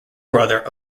brother